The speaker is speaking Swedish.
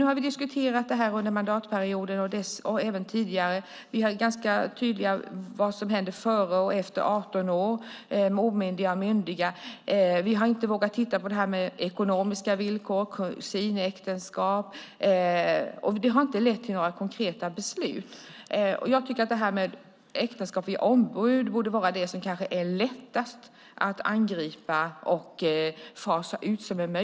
Nu har vi diskuterat det här under mandatperioden och även tidigare. Vi har varit ganska tydliga med vad som händer före och efter 18 år med omyndiga och myndiga. Men vi har inte vågat titta på detta med ekonomiska villkor och kusinäktenskap, och det har inte lett till några konkreta beslut. Jag tycker att äktenskap via ombud borde vara lättast att angripa och fasa ut.